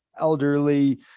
elderly